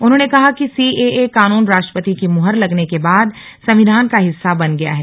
उन्होंने कहा कि सीएए कानून राष्ट्रपति की मुहर लगने के बाद संविधान का हिस्सा बन गया है